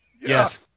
Yes